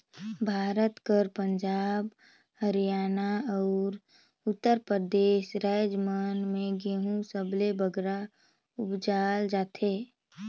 भारत कर पंजाब, हरयाना, अउ उत्तर परदेस राएज मन में गहूँ सबले बगरा उपजाल जाथे